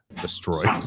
destroyed